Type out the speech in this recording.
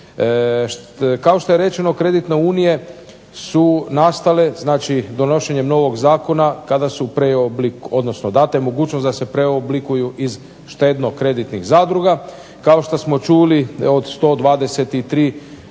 Kao što je rečeno kreditne unije su nastale donošenjem novog zakona kada su, odnosno data je mogućnost da se preoblikuju iz štedno-kreditnih zadruga, kao što smo čuli od 123 zadruga